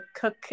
cook